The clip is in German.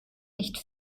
nicht